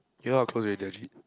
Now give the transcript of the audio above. you all are close already legit